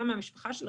גם מהמשפחה שלי,